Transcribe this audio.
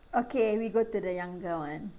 okay we go to the younger one